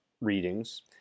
readings